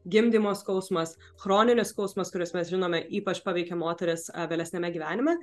gimdymo skausmas chroninis skausmas kuris mes žinome ypač paveikia moteris vėlesniame gyvenime